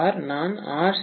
பார் நான் ஆர்